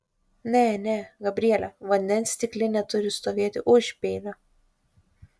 ne ne gabriele vandens stiklinė turi stovėti už peilio